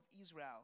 Israel